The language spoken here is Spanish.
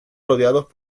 rodeados